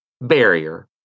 barrier